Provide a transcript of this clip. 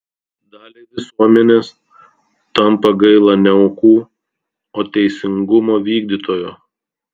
daliai visuomenės tampa gaila ne aukų o teisingumo vykdytojo